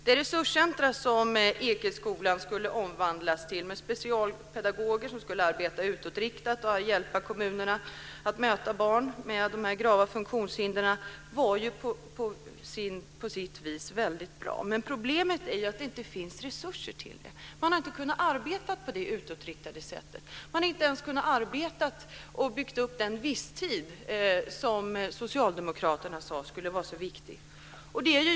Det resurscenter som Ekeskolan skulle omvandlas till med specialpedagoger som skulle arbeta utåtriktat och hjälpa kommunerna att möta barn med dessa grava funktionshinder var på sitt vis väldigt bra. Men problemet är ju att det inte finns resurser till det. Man har inte kunnat arbeta på det utåtriktade sättet. Man har inte ens kunnat arbeta och bygga upp den visstid som Socialdemokraterna sade skulle vara så viktig.